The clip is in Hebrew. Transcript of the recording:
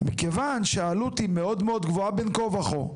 מכיוון שהעלות היא מאוד מאוד גבוה, בין כה וכה,